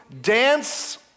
dance